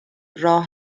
راه